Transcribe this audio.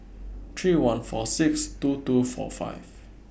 three one four six two two four five